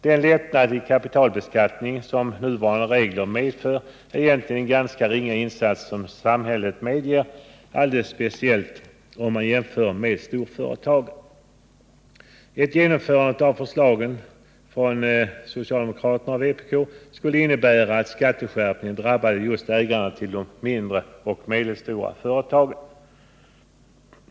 "Den lättnad i kapitalbeskattningen som nuvarande regler innebär är egentligen en ganska ringa insats av samhället, alldeles speciellt om man jämför med storföretagen. Ett genomförande av förslagen från socialdemokraterna och vpk innebär att skatteskärpningen drabbar just ägarna till de mindre och medelstora företagen.